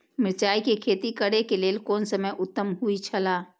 मिरचाई के खेती करे के लेल कोन समय उत्तम हुए छला?